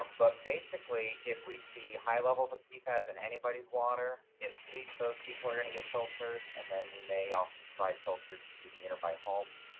um but basically, if we see high levels of pfas in anybody's water, at least those people are going to get filters, and then we may also provide filters to nearby homes,